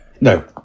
No